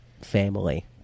family